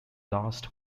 last